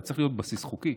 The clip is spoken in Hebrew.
הרי צריך להיות בסיס חוקי.